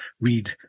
read